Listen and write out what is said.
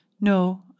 No